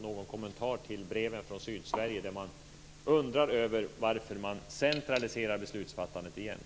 Lämna gärna en kommentar till breven från Sydsverige, där man undrar över varför beslutsfattandet återigen centraliseras.